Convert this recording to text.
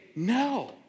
No